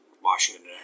Washington